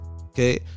okay